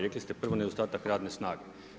Rekli ste prvo nedostatak radne snage.